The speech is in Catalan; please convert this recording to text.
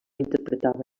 interpretava